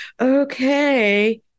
okay